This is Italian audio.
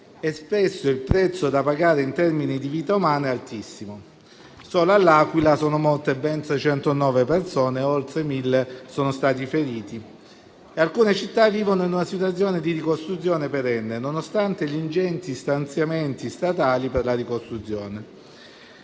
e spesso il prezzo da pagare in termini di vite umane è altissimo. Solo a L'Aquila sono morte ben 309 persone e oltre mille sono stati i feriti. Alcune città vivono in una situazione di ricostruzione perenne, nonostante gli ingenti stanziamenti statali per la ricostruzione.